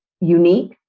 unique